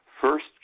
first